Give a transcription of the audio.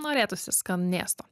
norėtųsi skanėsto